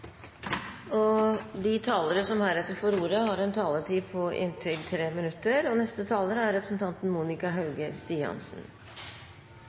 omme. De talere som heretter får ordet, har en taletid på inntil 3 minutter. Det høver seg at Norge er tidlig ute med å ratifisere, og